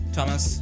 Thomas